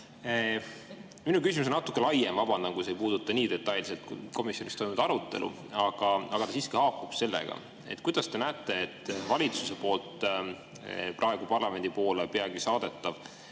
Minu küsimus on natuke laiem. Vabandan, kui see ei puuduta nii detailselt komisjonis toimunud arutelu, aga see siiski haakub sellega. Kuidas te näete, kas valitsuse poolt peagi parlamenti saadetav